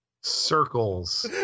Circles